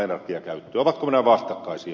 ovatko nämä vastakkaisia